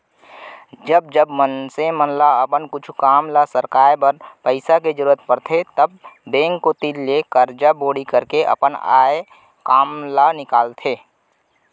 जब जब मनसे मन ल अपन कुछु काम ल सरकाय बर पइसा के जरुरत परथे तब बेंक कोती ले करजा बोड़ी करके अपन आय काम ल निकालथे